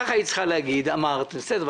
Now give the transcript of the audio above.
ככה היית צריכה להגיד, אמרת, בסדר.